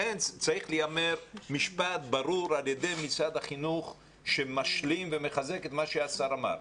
צריך להיאמר משפט ברור על ידי משרד החינוך שמשלים ומחזק את מה שהשר אמר.